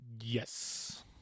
yes